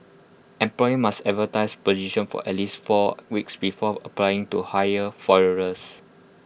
employers must advertise positions for at least four weeks before applying to hire foreigners